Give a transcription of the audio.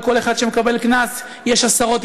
על כל אחד שמקבל קנס יש עשרות,